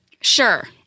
Sure